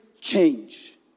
change